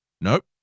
Nope